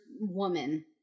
woman